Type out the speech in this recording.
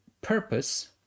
purpose